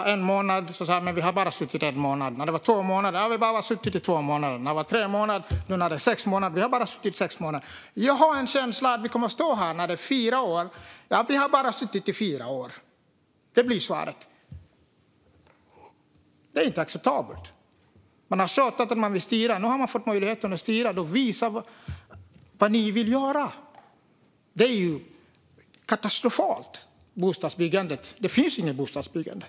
Efter en månad sa man att man bara suttit i en månad, efter två månader sa man att man bara suttit i två månader och nu efter sex månader säger man att man bara suttit i sex månader. Jag har en känsla att vi kommer att stå här om fyra år och att man då säger att man bara har suttit i fyra år. Det blir svaret. Detta är inte acceptabelt. Man har tjatat om att man vill styra, och nu har man fått den möjligheten. Visa då vad ni vill göra! Det är katastrofalt när det gäller bostadsbyggandet. Det finns inget bostadsbyggande.